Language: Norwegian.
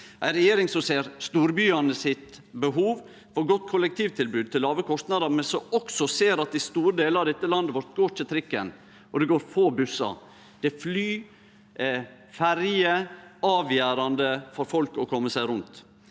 Det er ei regjering som ser storbyane sitt behov for eit godt kollektivtilbod til låge kostnader, men som også ser at i store delar av dette landet så går ikkje trikken, og det går få bussar. Der er fly og ferje avgjerande for folk for å kome seg rundt.